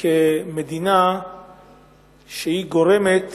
כמדינה שגורמת